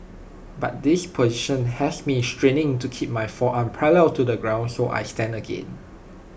but this position has me straining to keep my forearm parallel to the ground so I stand again